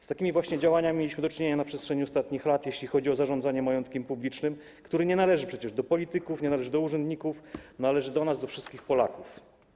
Z takimi właśnie działaniami mieliśmy do czynienia na przestrzeni ostatnich lat, jeśli chodzi o zarządzanie majątkiem publicznym, który nie należy przecież do polityków, nie należy do urzędników, należy do nas, do wszystkich Polaków.